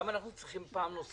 למה צריך לאשר פעם נוספת?